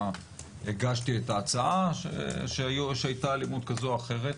הגשתי את ההצעה שהייתה אלימות כזאת או אחרת,